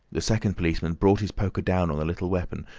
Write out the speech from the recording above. the second policeman brought his poker down on the little weapon,